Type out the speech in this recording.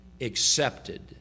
accepted